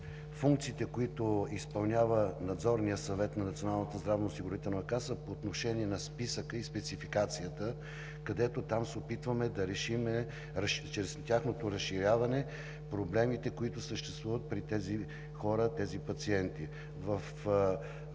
функциите, които изпълнява Надзорният съвет на Националната здравноосигурителна каса по отношение на списъка и спецификацията, където се опитваме да решим, чрез тяхното разширяване, проблемите, които съществуват при тези хора, тези пациенти. В